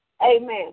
Amen